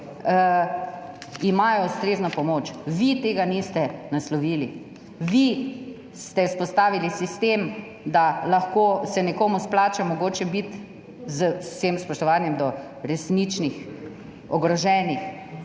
ustrezno pomoč. Vi tega niste naslovili, vi ste vzpostavili sistem, da se lahko nekomu izplača mogoče biti, z vsem spoštovanjem do resničnih ogroženih,